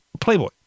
Playboy